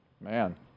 Man